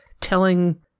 Telling